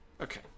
Okay